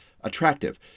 attractive